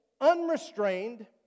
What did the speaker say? unrestrained